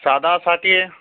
ସାଧା ଷାଠିଏ